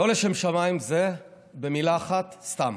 "לא לשם שמיים" זה במילה אחת "סתם".